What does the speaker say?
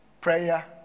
prayer